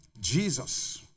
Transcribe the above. Jesus